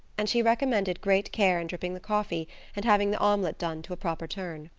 and she recommended great care in dripping the coffee and having the omelet done to a proper turn.